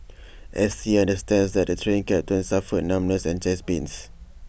S T understands that the Train Captain suffered numbness and chest pains